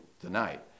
tonight